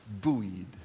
Buoyed